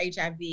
HIV